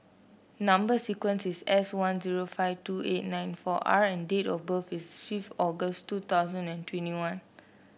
number sequence is S one zero five two eight nine four R and date of birth is fifth August two thousand and twenty one